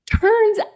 Turns